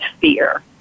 fear